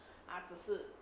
他只是